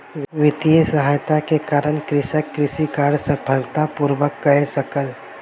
वित्तीय सहायता के कारण कृषक कृषि कार्य सफलता पूर्वक कय सकल